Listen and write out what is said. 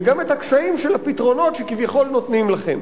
וגם את הקשיים של הפתרונות שכביכול נותנים לכם.